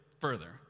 further